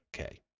Okay